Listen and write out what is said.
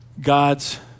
God's